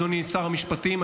אדוני שר המשפטים,